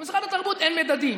במשרד התרבות אין מדדים.